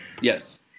Yes